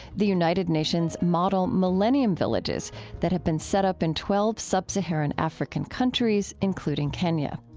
the united nations' model millennium villages that have been set up in twelve sub-saharan african countries, including kenya.